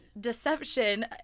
deception